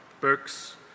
books